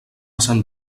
sant